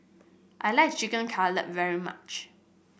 I like Chicken Cutlet very much